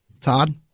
Todd